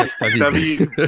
David